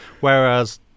Whereas